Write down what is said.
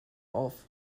auf